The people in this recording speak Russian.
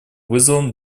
вызовом